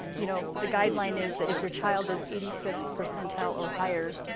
you know the guideline is that if your child is eighty fifth percentile or higher,